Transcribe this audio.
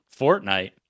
Fortnite